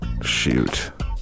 Shoot